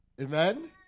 Amen